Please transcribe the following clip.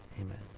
amen